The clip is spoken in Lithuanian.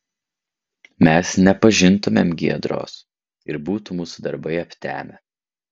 mes nepažintumėm giedros ir būtų mūsų darbai aptemę